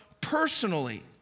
personally